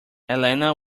elena